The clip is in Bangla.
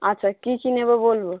আচ্ছা কী কী নেব বলব